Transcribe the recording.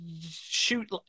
shoot